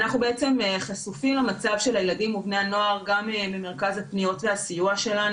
אנחנו חשופים למצב של הילדים ובני הנוער גם ממרכז הפניות והסיוע שלנו.